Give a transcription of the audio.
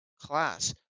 class